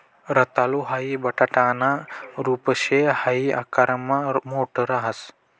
रताळू हाई बटाटाना रूप शे हाई आकारमा मोठ राहस